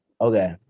okay